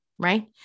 right